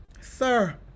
Sir